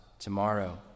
Tomorrow